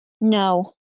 No